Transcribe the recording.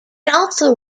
also